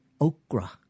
okra